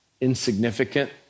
insignificant